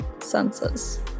Senses